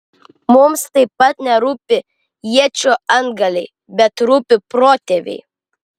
mums taip pat nerūpi iečių antgaliai bet rūpi protėviai